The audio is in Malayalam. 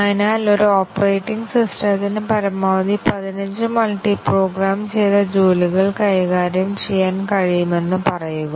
അതിനാൽ ഒരു ഓപ്പറേറ്റിംഗ് സിസ്റ്റത്തിന് പരമാവധി 15 മൾട്ടിപ്രോഗ്രാം ചെയ്ത ജോലികൾ കൈകാര്യം ചെയ്യാൻ കഴിയുമെന്ന് പറയുക